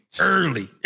early